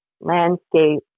Landscape